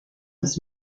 ist